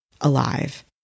alive